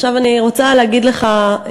עכשיו אני רוצה להגיד לך,